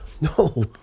No